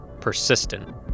persistent